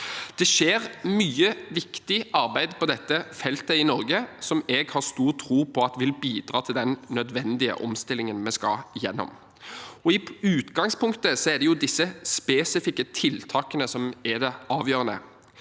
Det skjer mye viktig arbeid på dette feltet i Norge som jeg har stor tro på vil bidra til den nødvendige omstillingen vi skal gjennom. I utgangspunktet er det disse spesifikke tiltakene som er det avgjørende,